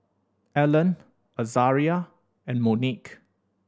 Ellen Azaria and Monique